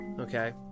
Okay